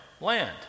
land